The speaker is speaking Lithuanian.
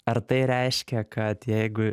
ar tai reiškia kad jeigu